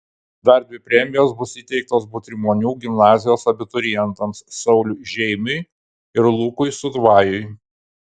dar dvi premijos bus įteiktos butrimonių gimnazijos abiturientams sauliui žeimiui ir lukui sudvajui